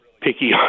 picky